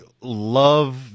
love